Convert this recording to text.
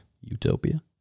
Utopia